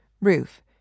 roof